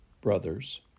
brothers